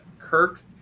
Kirk